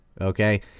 Okay